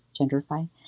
genderify